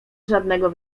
żadnego